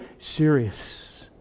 serious